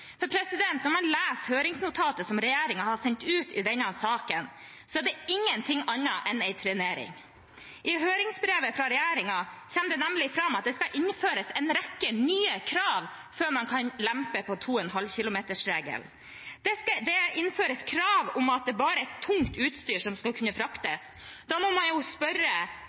Når man leser høringsnotatet som regjeringen har sendt ut i denne saken, er det ingenting annet enn en trenering. I høringsbrevet fra regjeringen kommer det nemlig fram at det skal innføres en rekke nye krav før man kan lempe på 2,5 km-regelen. Det innføres krav om at det bare er tungt utstyr som skal kunne fraktes. Da må man jo spørre